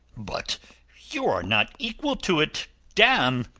but you are not equal to it, damme!